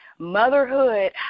motherhood